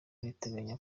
riteganya